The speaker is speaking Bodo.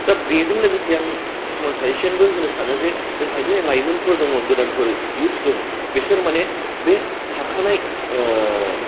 दा बेजों लोगोसे आं किसुमान साजिसनबो होनो सानो जे जोंहा जे लाइमोनफोर दङ गोदानफोर इउथ्स दङ बेसोर माने बे थाखानाय ओ